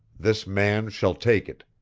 this man shall take it.